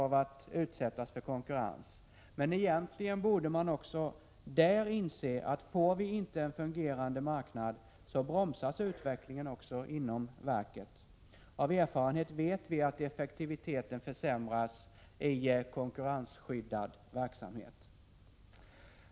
1986/87:98 för konkurrens. Men egentligen borde man också där inse att får vi inte en 31 mars 1987 fungerande marknad, bromsas utvecklingen också inom verket. Av erfarenhet vet vi att effektiviteten försämras i konkurrensskyddad verksamhet.